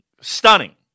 Stunning